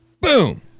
Boom